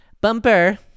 Bumper